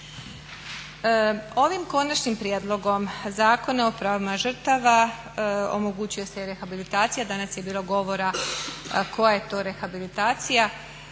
Ovim konačnim prijedlogom Zakona o pravima žrtava omogućuje se rehabilitacija. Danas je bilo govora koja je to rehabilitacija.